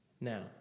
Now